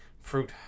fruit